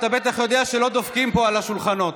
אתה בטח יודע שלא דופקים פה על השולחנות.